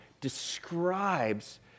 describes